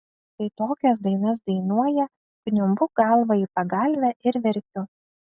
kai tokias dainas dainuoja kniumbu galva į pagalvę ir verkiu